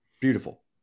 Beautiful